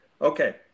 okay